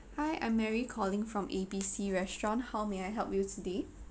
hi I'm mary calling from A B C restaurant how may I help you today